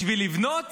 בשביל לבנות